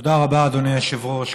תודה רבה, אדוני היושב-ראש.